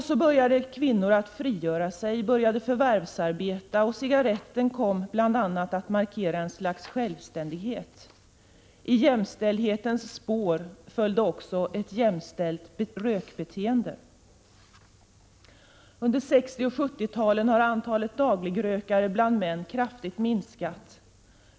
Så började kvinnor frigöra sig, började förvärvsarbeta, och cigaretten kom bl.a. att markera en självständighet. I jämställdhetens spår följde också ett ”jämställt” rökbeteende. Under 1960 och 1970-talen har antalet dagligrökare bland män minskat kraftigt.